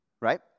right